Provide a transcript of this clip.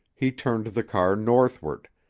he turned the car northward,